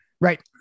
Right